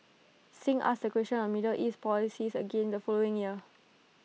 Singh asked A question on middle east policies again the following year